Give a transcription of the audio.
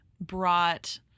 brought